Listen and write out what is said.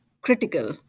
critical